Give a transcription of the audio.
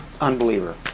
unbeliever